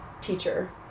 teacher